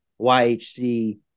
YHC